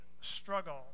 struggle